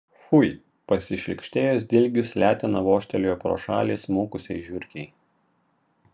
fui pasišlykštėjęs dilgius letena vožtelėjo pro šalį smukusiai žiurkei